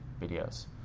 videos